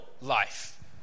life